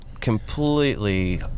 completely